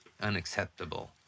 unacceptable